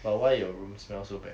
but why your room smell so bad